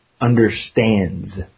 Understands